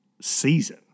season